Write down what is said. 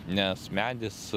nes medis